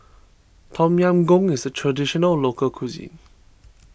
Tom Yam Goong is a Traditional Local Cuisine